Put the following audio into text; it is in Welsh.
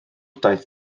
daeth